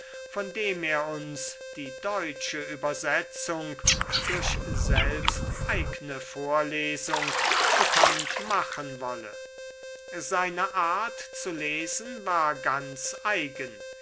von dem er uns die deutsche übersetzung durch selbsteigne vorlesung bekannt machen wolle seine art zu lesen war ganz eigen